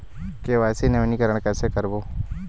KYC नवीनीकरण कैसे करबो?